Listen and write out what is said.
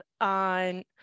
on